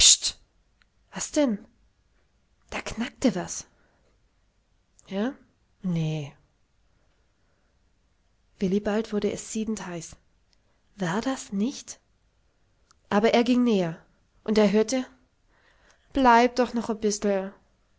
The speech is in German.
was denn da knackte was ä nee willibald wurde es siedendheiß war das nicht aber er ging näher und er hörte bleib doch noch e